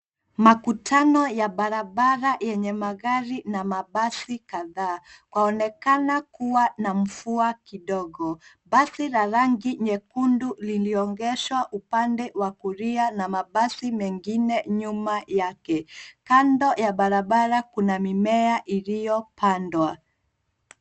Makutano ya barabara yenye magari na mabasi kadhaa. Kwaonekana kuwa na mvua kidogo. Basi la rangi nyekundu lilioegeshwa upande wa kulia na mabasi mengine nyuma yake. Kando ya barabara kuna mimea iliyopandwa.